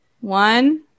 One